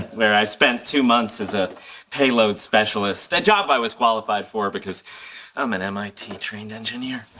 where i spent two months as a payload specialist, a job i was qualified for because i'm an mit trained engineer.